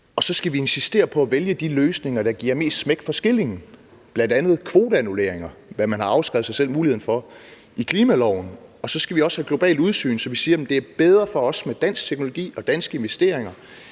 Så skal vi insistere på at vælge de løsninger, der giver mest smæk for skillingen, bl.a. kvoteannulleringer, hvilket man har afskrevet sig muligheden for i klimaloven. Så skal vi også have et globalt udsyn, så vi siger, at det er bedre for os med dansk teknologi og danske investeringer,